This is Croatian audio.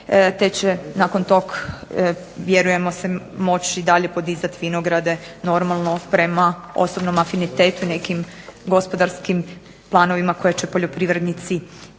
nakon tog vjerujemo se moći i dalje podizati vinograde normalno prema osobnom afinitetu, nekim gospodarskim planovima koje će poljoprivrednici imati.